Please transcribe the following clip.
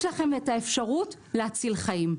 יש לכם אפשרות להציל חיים,